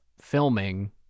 filming